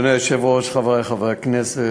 אדוני היושב-ראש, חברי חברי הכנסת,